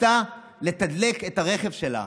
רצתה לתדלק את הרכב שלה.